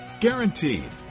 Guaranteed